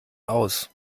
aus